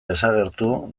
desagertu